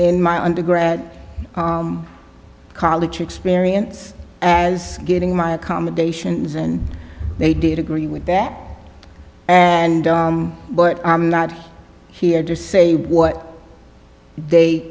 in my undergrad college experience as getting my accommodations and they did agree with that and but i'm not here to say what they